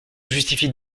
justifie